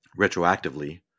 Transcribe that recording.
retroactively